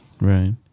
right